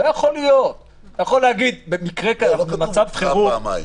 אתה יכול להגיד שבמצב חירום --- לא כתוב שהתריעו פעמיים,